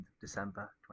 December